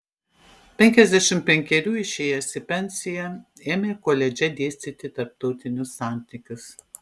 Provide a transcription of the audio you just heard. penkiasdešimt penkerių išėjęs į pensiją ėmė koledže dėstyti tarptautinius santykius